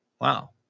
Wow